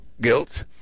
guilt